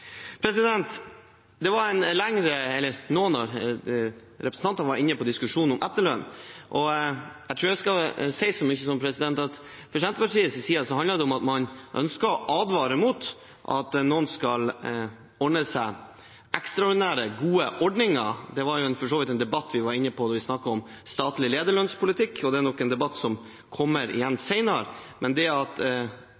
Noen av representantene var inne på diskusjonen om etterlønn. Jeg tror jeg skal si så mye som at for Senterpartiet handler det om at man ønsker å advare mot at noen skal ordne seg ekstraordinære, gode ordninger. Det var for så vidt en debatt vi var inne på da vi snakket om statlig lederlønnspolitikk, og det er nok en debatt som kommer igjen